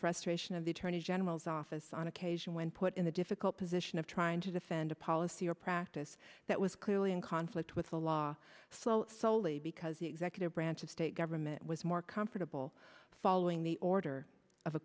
frustration of the attorney general's office on occasion when put in the difficult position of trying to defend a policy or practice that was clearly in conflict with the law flow soley because the executive branch of state government was more comfortable following the order of